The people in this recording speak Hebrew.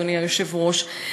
אדוני היושב-ראש,